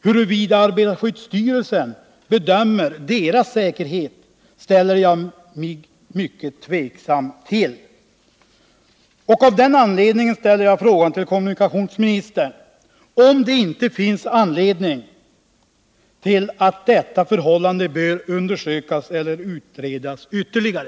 Huruvida arbetarskyddsstyrelsen gör en bedömning av deras säkerhet ställer jag mig mycket tveksam till. Av den anledningen vill jag fråga kommunikationsministern om det inte finns anledning att undersöka eller utreda dessa förhållanden ytterligare.